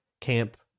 camp